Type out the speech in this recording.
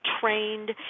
trained